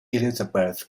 elizabeth